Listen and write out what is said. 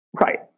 Right